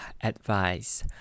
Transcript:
advice